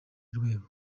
rwego